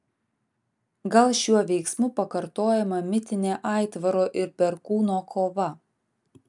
gal šiuo veiksmu pakartojama mitinė aitvaro ir perkūno kova